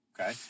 Okay